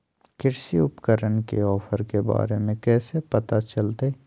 कृषि उपकरण के ऑफर के बारे में कैसे पता चलतय?